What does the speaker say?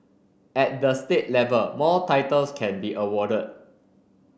at the state level more titles can be awarded